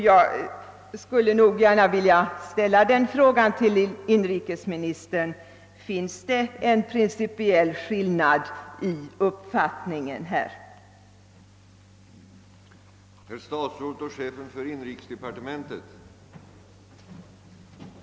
Jag skulle vilja fråga inrikesministern: Finns det en principiell skillnad i uppfattningen härvidlag?